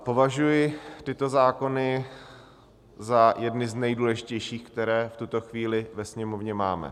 Považuji tyto zákony za jedny z nejdůležitějších, které v tuto chvíli ve Sněmovně máme.